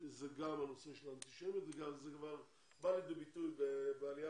הנושא של האנטישמיות וזה כבר בא לידי ביטוי בעלייה